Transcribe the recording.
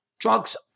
Drugs